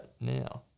now